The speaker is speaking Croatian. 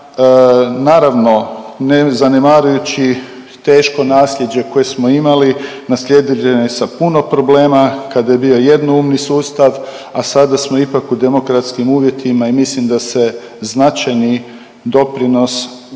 Naravno, ne zanemarujući teško nasljeđe koje smo imali, naslijedili sa puno problema kada je bio jednoumni sustav, a sada smo ipak u demokratskim uvjetima i mislim da se značajni doprinos